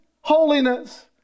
holiness